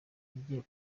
yagiye